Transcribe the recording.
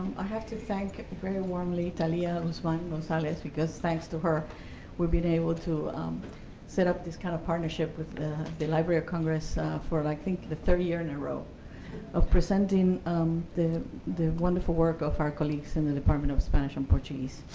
i have to thank very warmly talia guzman-gonzalez because thanks to her we've been able to set up this kind of partnership with the the library of congress for, i think, the third year in a row of presenting um the the wonderful work of our colleagues in the department of spanish and portuguese.